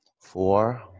Four